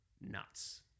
nuts